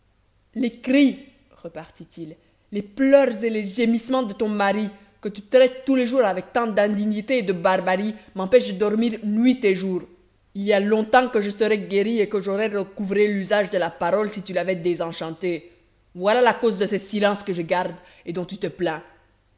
les cris repartit il les pleurs et les gémissements de ton mari que tu traites tous les jours avec tant d'indignité et de barbarie m'empêchent de dormir nuit et jour il y a longtemps que je serais guéri et que j'aurais recouvré l'usage de la parole si tu l'avais désenchanté voilà la cause de ce silence que je garde et dont tu te plains